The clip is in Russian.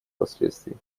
последствий